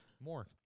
More